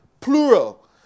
Plural